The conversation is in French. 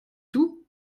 tout